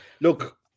look